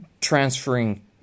transferring